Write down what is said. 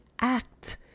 act